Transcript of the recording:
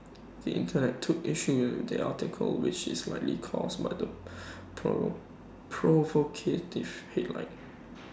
the Internet took issue with the article which is likely caused by the provocative headline